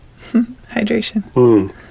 Hydration